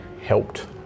helped